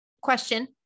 Question